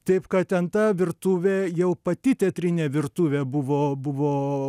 taip kad ten ta virtuvė jau pati teatrinė virtuvė buvo buvo